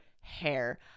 hair